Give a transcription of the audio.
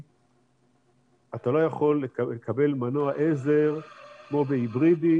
אתה לא יכול לקבל מנוע עזר כמו בהיברידי,